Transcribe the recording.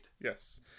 Yes